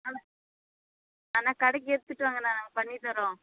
அண்ணா அண்ணா கடைக்கு எடுத்துகிட்டு வாங்கண்ணா நாங்கள் பண்ணித்தரோம்